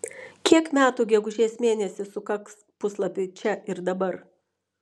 kiek metų gegužės mėnesį sukaks puslapiui čia ir dabar